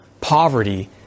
poverty